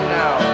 now